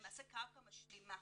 למעשה קרקע משלימה,